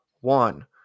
one